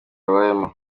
babayemo